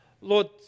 Lord